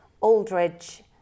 Aldridge